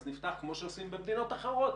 אז נפתח כמו שעושים במדינות אחרות.